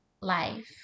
life